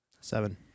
Seven